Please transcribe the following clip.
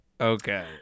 Okay